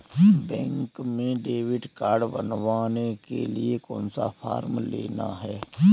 Bank में debit card बनवाने के लिए कौन सा फॉर्म लेना है?